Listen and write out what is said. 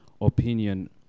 opinion